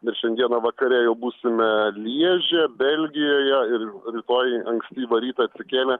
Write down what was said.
ir šiandieną vakare jau būsime lježe belgijoje ir rytoj ankstyvą rytą atsikėlę